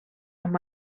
amb